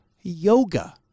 yoga